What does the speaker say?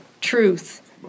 truth